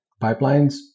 pipelines